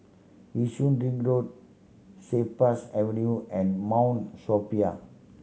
Yishun Ring Road Cypress Avenue and Mount Sophia